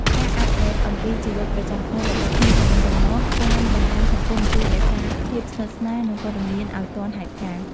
ការអាប់ដេតអំពីជីវិតប្រចាំថ្ងៃរបស់គ្នាទៅវិញទៅមកតាមបណ្តាញសង្គមជួយរក្សាភាពស្និទ្ធស្នាល និងព័ត៌មានឲ្យទាន់ហេតុការណ៍ ។